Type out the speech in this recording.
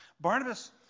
Barnabas